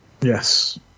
Yes